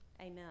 Amen